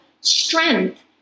strength